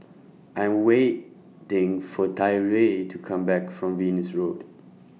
I'm waiting For Tyree to Come Back from Venus Road